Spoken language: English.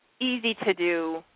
easy-to-do